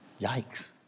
Yikes